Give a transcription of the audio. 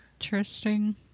interesting